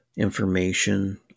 information